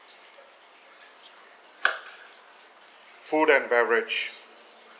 food and beverage